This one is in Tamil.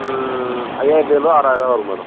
ம் ஐயாயிரத்து ஐநூறுரூவா ஆராயிரரூவா வரும் மேடம்